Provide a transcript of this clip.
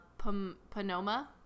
panoma